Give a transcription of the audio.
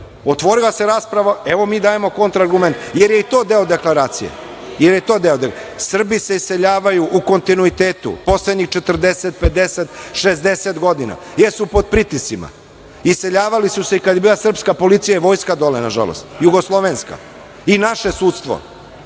Otvorila se rasprava, evo, mi dajemo kontraargumente, jer je i to deo deklaracije. Srbi se iseljavaju u kontinuitetu poslednjih 40, 50, 60 godina, jer su pod pritiscima. Iseljavali su se i kad je bila srpska policija i vojska dole, nažalost, jugoslovenska, i naše sudstvo